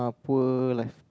poor like